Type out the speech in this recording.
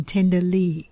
Tenderly